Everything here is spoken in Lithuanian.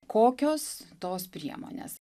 kokios tos priemonės